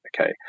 okay